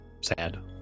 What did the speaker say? sad